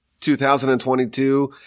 2022